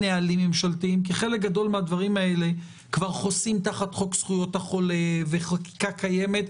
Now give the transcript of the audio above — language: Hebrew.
כי חלק גדול מהדברים האלה כבר חוסים תחת חוק זכויות החולה וחקיקה קיימת,